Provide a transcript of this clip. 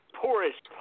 poorest